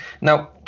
Now